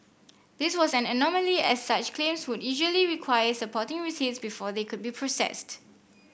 this was an anomaly as such claims would usually require supporting receipts before they could be processed